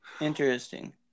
interesting